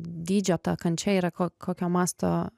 dydžio ta kančia yra ko kokio masto